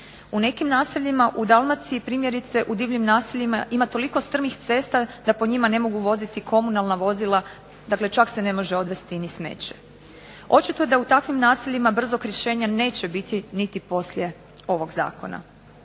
U nekim naseljima u Dalmaciji primjerice u divljim naseljima ima toliko strmih cesta da po njima ne mogu voziti komunalna vozila, dakle čak se ne može odvesti ni smeće. Očito je da u takvim naseljima brzog rješenja neće biti niti poslije ovog zakona.